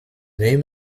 name